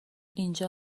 اینجا